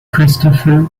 christopher